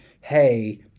Hey